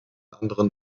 anderen